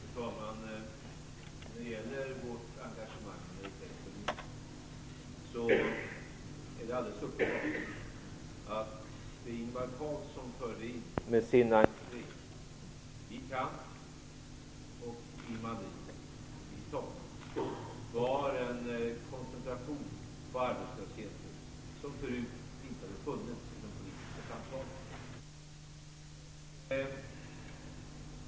Fru talman! När det gäller vårt engagemang i Europeiska unionen är det alldeles uppenbart att det som Madrid var en koncentration på arbetslösheten som tidigare inte hade funnits i de politiska samtalen.